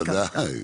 ודאי.